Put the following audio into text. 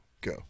go